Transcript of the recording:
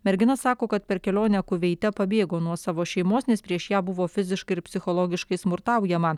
mergina sako kad per kelionę kuveite pabėgo nuo savo šeimos nes prieš ją buvo fiziškai ir psichologiškai smurtaujama